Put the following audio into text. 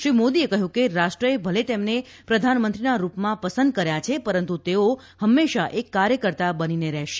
શ્રી મોદીએ કહ્યું કે રાષ્ટ્ર એ ભલે તેમને પ્રધાનમંત્રીના રૂપમાં પસંદ કર્યા છે પરંતુ તેઓ ફંમેશા એક કાર્યકર્તા બની રહેશે